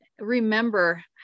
remember